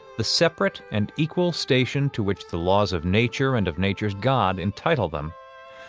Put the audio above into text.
the separate and equal station, to which the laws of nature and of nature's god entitle them,